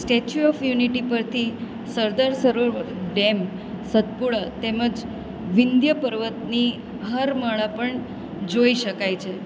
statue of Unity પરથી Sardar Sarovar dam Satpura તેમજ વિંધ્યપર્વતની હારમાળા પણ જોઈ શકાય છે